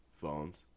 phones